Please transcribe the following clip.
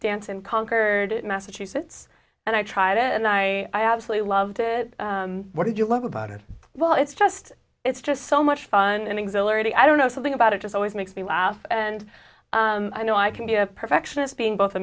dance in concord massachusetts and i tried it and i absolutely loved it what did you love about it well it's just it's just so much fun and exhilarating i don't know something about it just always makes me laugh and i know i can be a perfectionist being both a